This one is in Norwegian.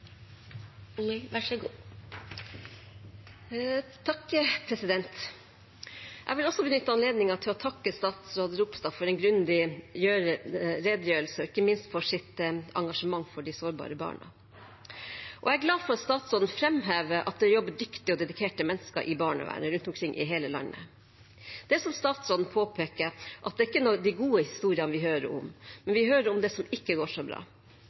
Jeg vil også benytte anledningen til å takke statsråd Ropstad for en grundig redegjørelse, og ikke minst for hans engasjement for de sårbare barna. Jeg er glad for at statsråden framhevet at det jobber dyktige og dedikerte mennesker i barnevernet rundt omkring i hele landet. Det er, som statsråden påpeker, ikke de gode historiene vi hører om. Vi hører om det som ikke går så bra.